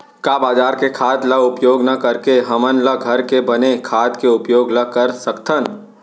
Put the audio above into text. का बजार के खाद ला उपयोग न करके हमन ल घर के बने खाद के उपयोग ल कर सकथन?